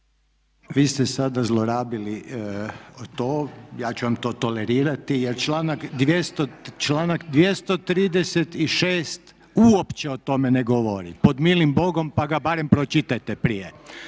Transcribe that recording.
Vi ste sada zlorabili to, ja ću vam to tolerirati jer članak 236. uopće o tome ne govori, pod milim Bogom pa ga barem pročitajte prije.